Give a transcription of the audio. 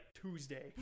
Tuesday